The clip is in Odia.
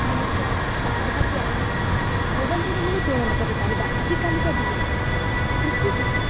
ମନୁଷ୍ୟ ଯାହାକି ଆମେ ଭଗବାନ ସହିତ ମଧ୍ୟ ତୁଳନା କରିପାରିବା ଆଜିକାଲିକା ଦୁନିଆରେ କୃଷି ହେଉଛି